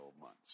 months